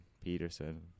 Peterson